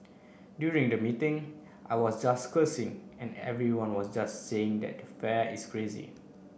during the meeting I was just cursing and everyone was just saying that the fare is crazy